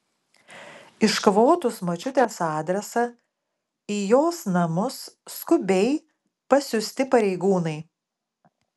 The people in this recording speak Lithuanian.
iškvotus močiutės adresą į jos namus skubiai pasiųsti pareigūnai